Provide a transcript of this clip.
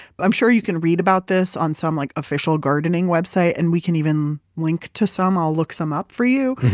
but i'm sure you can read about this on some like official gardening website, and we can even link to some. i'll look some up for you.